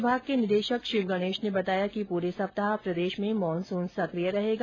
विमाग के निदेशक शिवगणेश ने बताया कि पूरे सप्ताह प्रदेश में मानसून सकिय रहेगा